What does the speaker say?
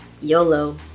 YOLO